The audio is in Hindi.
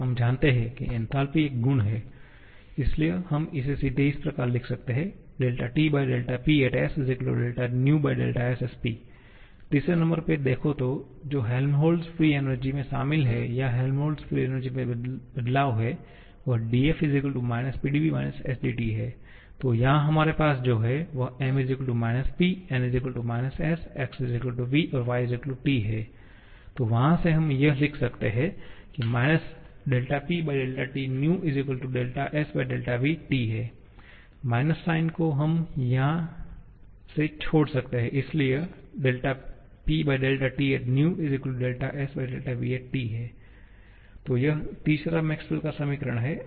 हम जानते हैं कि एन्थालपी एक गुण है इसलिए हम इसे सीधे इस प्रकार लिख सकते हैं TPsvsP तीसरे नंबर पर देखें तो जो हेल्महोल्ट्ज फ्री एनर्जी में शामिल है या हेल्महोल्ट्ज फ्री एनर्जी में बदलाव है df − Pdv − sdT तो यहाँ हमारे पास जो है 𝑀 ≡ P 𝑁 ≡ s 𝑥 ≡ v 𝑦 ≡ T तो वहाँ से हम यह लिख सकते हैं PTvsvT माइनस साइन को हम यहां से छोड़ सकते हैं इसलिए PTvsvT तो यह तीसरा मैक्सवेल का समीकरण Maxwells equation है